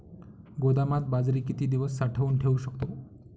गोदामात बाजरी किती दिवस साठवून ठेवू शकतो?